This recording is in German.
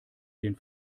den